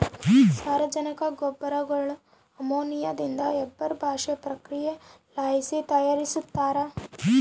ಸಾರಜನಕ ಗೊಬ್ಬರಗುಳ್ನ ಅಮೋನಿಯಾದಿಂದ ಹೇಬರ್ ಬಾಷ್ ಪ್ರಕ್ರಿಯೆಲಾಸಿ ತಯಾರಿಸ್ತಾರ